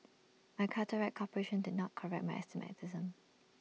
my cataract operation did not correct my astigmatism